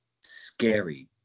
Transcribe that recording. scary